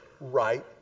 right